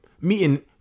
meeting